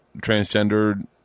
transgendered